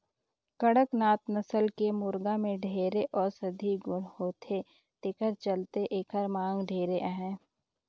कड़कनाथ नसल के मुरगा में ढेरे औसधीय गुन होथे तेखर चलते एखर मांग ढेरे अहे